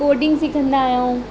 coding सिखंदा आहियूं